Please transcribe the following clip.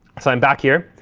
so i'm back here,